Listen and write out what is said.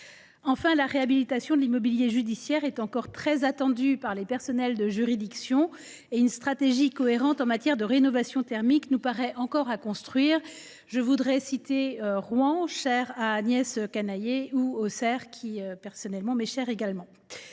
Enfin, la réhabilitation de l’immobilier judiciaire est encore très attendue par les personnels en juridiction et une stratégie cohérente en matière de rénovation thermique nous paraît encore à construire. Je citerai les exemples de Rouen, cher à Agnès Canayer, ou d’Auxerre, qui m’est personnellement cher. Malgré